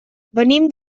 venim